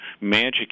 magic